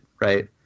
Right